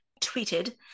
tweeted